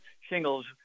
shingles